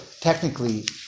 technically